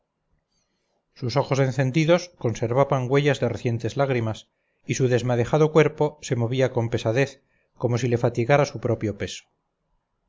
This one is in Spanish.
sus ojos encendidos conservaban huellas de recientes lágrimas y su desmadejado cuerpo se movía con pesadez como si le fatigara su propio peso